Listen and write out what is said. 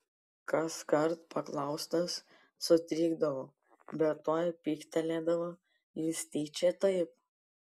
kaskart paklaustas sutrikdavo bet tuoj pyktelėdavo jis tyčia taip